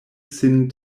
sin